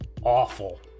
awful